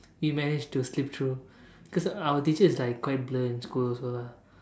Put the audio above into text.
we managed to slip through because our teacher is like quite blur in school also lah